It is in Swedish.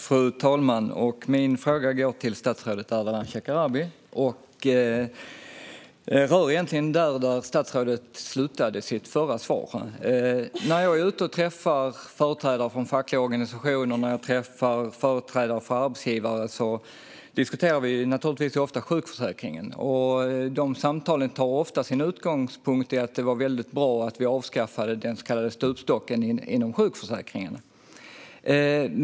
Fru talman! Min fråga går till statsrådet Ardalan Shekarabi. Den tar egentligen vid där statsrådet slutade sitt förra svar. När jag är ute och träffar företrädare för de fackliga organisationerna och företrädare för arbetsgivare diskuterar vi naturligtvis ofta sjukförsäkringen. Dessa samtal tar ofta sin utgångspunkt i att det var mycket bra att vi avskaffade den så kallade stupstocken inom sjukförsäkringen.